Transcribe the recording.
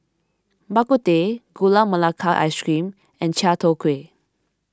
Bak Kut Teh Gula Melaka Ice Cream and Chai Tow Kway